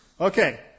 Okay